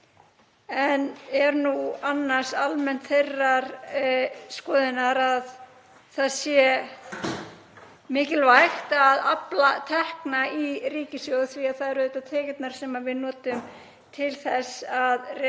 en er nú annars almennt þeirrar skoðunar að það sé mikilvægt að afla tekna í ríkissjóð því að það eru auðvitað tekjurnar sem við notum til þess að reka